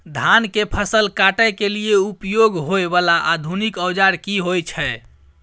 धान के फसल काटय के लिए उपयोग होय वाला आधुनिक औजार की होय छै?